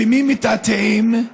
במי מתעתעים?